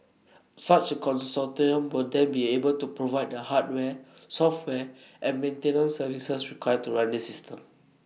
such A consortium will then be able to provide the hardware software and maintenance services required to run this system